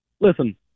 listen